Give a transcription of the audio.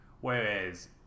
Whereas